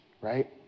right